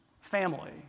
Family